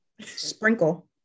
sprinkle